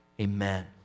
amen